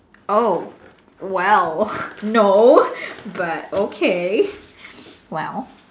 oh well no but okay well